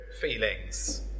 feelings